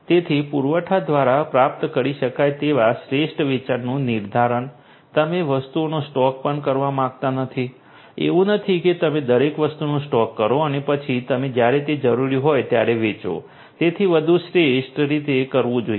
તેથી પુરવઠા દ્વારા પ્રાપ્ત કરી શકાય તેવા શ્રેષ્ઠ વેચાણનું નિર્ધારણ તમે વસ્તુઓનો સ્ટોક પણ કરવા માંગતા નથી એવું નથી કે તમે દરેક વસ્તુનો સ્ટોક કરો અને પછી તમે જ્યારે તે જરૂરી હોય ત્યારે વેચો તેથી બધું શ્રેષ્ઠ રીતે કરવું જોઈએ